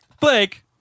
Blake